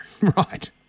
Right